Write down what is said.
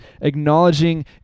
acknowledging